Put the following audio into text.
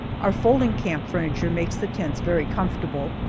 our folding camp furniture makes the tents very comfortable.